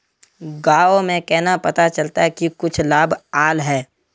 गाँव में केना पता चलता की कुछ लाभ आल है?